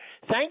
Thank